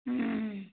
ꯎꯝ